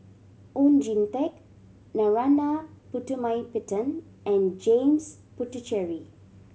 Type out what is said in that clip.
Oon Jin Teik Narana Putumaippittan and James Puthucheary